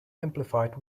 amplified